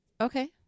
Okay